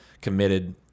committed